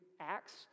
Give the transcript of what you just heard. Acts